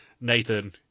Nathan